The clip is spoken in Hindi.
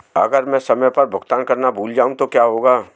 अगर मैं समय पर भुगतान करना भूल जाऊं तो क्या होगा?